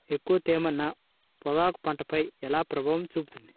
ఎక్కువ తేమ నా పొగాకు పంటపై ఎలా ప్రభావం చూపుతుంది?